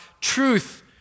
truth